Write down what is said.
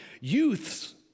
youths